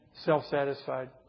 self-satisfied